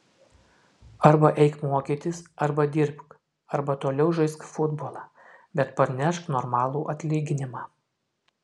arba eik mokytis arba dirbk arba toliau žaisk futbolą bet parnešk normalų atlyginimą